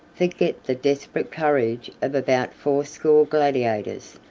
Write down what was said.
forget the desperate courage of about fourscore gladiators,